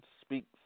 speaks